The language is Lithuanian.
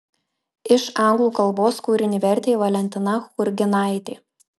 iš anglų kalbos kūrinį vertė valentina churginaitė